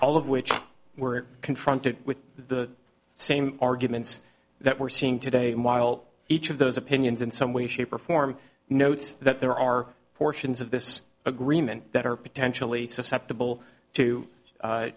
of which were confronted with the same arguments that we're seeing today and while each of those opinions in some way shape or form notes that there are portions of this agreement that are potentially susceptible to